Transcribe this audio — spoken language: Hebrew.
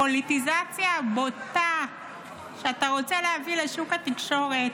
פוליטיזציה בוטה שאתה רוצה להביא לשוק התקשורת